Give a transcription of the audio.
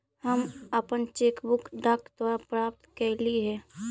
हम अपन cheque book डाक द्वारा प्राप्त कईली हे